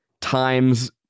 times